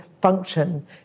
function